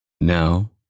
Now